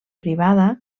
privada